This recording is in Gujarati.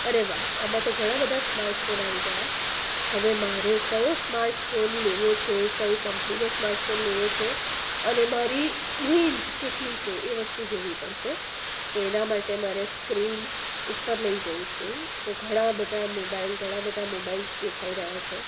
અરે વાહ આમાં તો ઘણા બધા સ્માર્ટ ફોન આવી ગયા હવે મારે કયો સ્માર્ટ ફોન લેવો છે કઈ કંપનીનો સ્માર્ટ ફોન લેવો છે અને મારી રેન્જ કેટલી છે એ વસ્તુ જોવી પડશે તો એના માટે મારે સ્ક્રીન ઉપર લઈ જઉં છું તો ઘણા બધા મોબાઇલ ઘણા બધા મોબાઈલ્સ દેખાઈ રહ્યાં છે